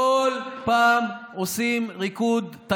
עושים מה שצריך,